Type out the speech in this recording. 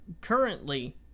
currently